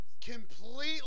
Completely